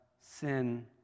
sin